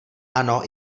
ano